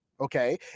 okay